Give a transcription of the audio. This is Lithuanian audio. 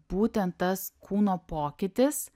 būtent tas kūno pokytis